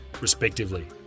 respectively